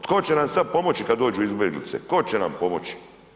Tko će nam sad pomoći kad dođu izbjeglice, tko će nam pomoći?